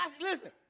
Listen